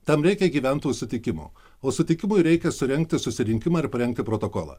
tam reikia gyventojų sutikimo o sutikimui reikia surengti susirinkimą ir parengti protokolą